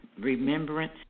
remembrance